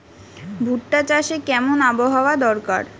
ভুট্টা চাষে কেমন আবহাওয়া দরকার?